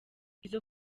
izo